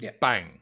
Bang